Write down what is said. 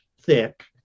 thick